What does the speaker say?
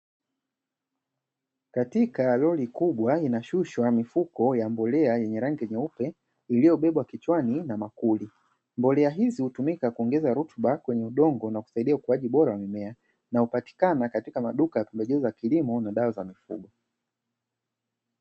Katika lori kubwa inashushwa mifuko ya mbolea yenye rangi nyeupe iliyobebwa kichwani na makuli. Mbolea hizi hutumika kuongeza rutuba kwenye udongo na kusaidia ukuaji bora wa mimea inayopatikana katika maduka ya pembejeo za kilimo na dawa za mifugo.